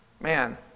Man